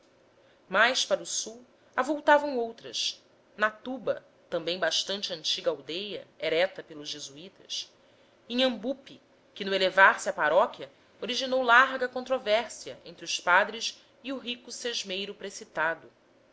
mais para o sul avultavam outras natuba também bastante antiga aldeia erecta pelos jesuítas inhambupe que no elevar-se a paróquia originou larga controvérsia entre os padres e o rico sesmeiro precitado